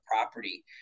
property